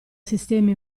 sistemi